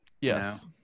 Yes